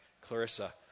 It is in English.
Clarissa